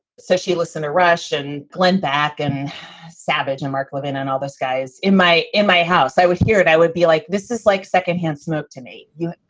so she listened to russian glenn back and savage and mark levin and all those guys in my in my house. i would hear it. i would be like, this is like second hand smoke to me. you